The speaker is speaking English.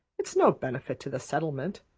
it's no benefit to the settlement.